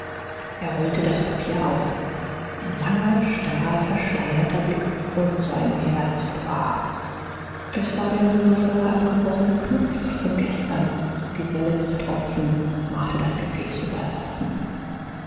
er rollte das papier auf ein langer starrer verschleierter blick und sein herz brach es war der wundervolle abgebrochene knopf von gestern dieser letzte tropfen machte das gefäß überlaufen